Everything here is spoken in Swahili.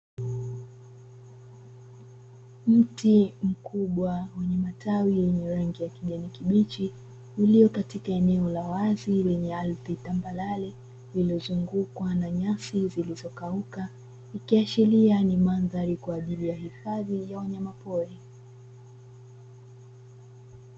Mti mkubwa wenye matawi yenye rangi ya kijani kibichi, ulio katika eneo la wazi lenye ardhi tambarale iliozungukwa na nyasi zilizokauka, ikiashiria ni mandhari kwa ajili ya hifadhi ya wanyamapori.